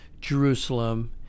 Jerusalem